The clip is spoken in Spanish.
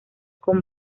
con